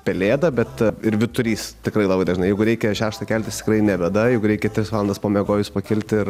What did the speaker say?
pelėda bet ir vyturys tikrai labai dažnai jeigu reikia šeštą keltis tikrai ne bėda jeigu reikia tris valandas pamiegojus pakilti ir